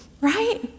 right